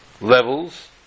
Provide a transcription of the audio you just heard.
levels